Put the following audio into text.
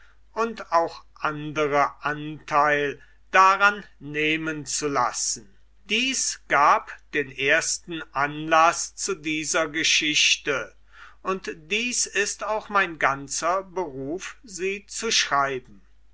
und auch andere antheil daran nehmen zu lassen dies gab den ersten anlaß zu dieser geschichte und dies ist auch mein ganzer beruf sie zu schreiben